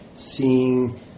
seeing